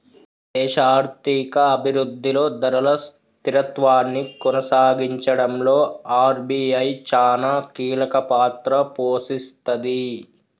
దేశ ఆర్థిక అభిరుద్ధిలో ధరల స్థిరత్వాన్ని కొనసాగించడంలో ఆర్.బి.ఐ చానా కీలకపాత్ర పోషిస్తది